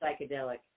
psychedelic